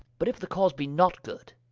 but if the cause be not good,